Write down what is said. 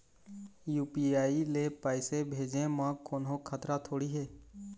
UPI ले पैसे भेजे म कोन्हो खतरा थोड़ी हे?